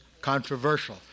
controversial